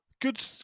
Good